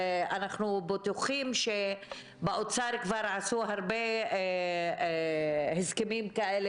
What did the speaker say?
ואנחנו בטוחים שבאוצר כבר עשו הרבה הסכמים כאלה